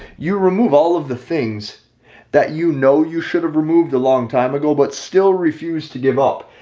you remove all of the things that you know you should have removed a long time ago but still refuse to give up.